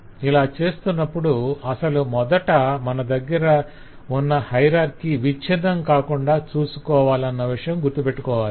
ఇలా చేస్తునప్పుడు అసలు మొదట మన దగ్గర ఉన్న హయరార్కి విచ్చిన్నం కాకుండా చూసుకోవాలన్న విషయం గుర్తుపెట్టుకోవాలి